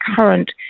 current